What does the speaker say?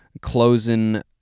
Closing